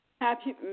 Happy